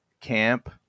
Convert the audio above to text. camp